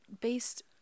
based